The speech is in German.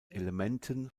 elementen